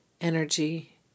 energy